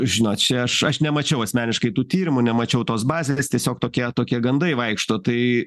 žinot čia aš aš nemačiau asmeniškai tų tyrimų nemačiau tos bazės tiesiog tokia tokie gandai vaikšto tai